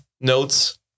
notes